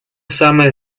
самое